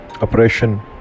oppression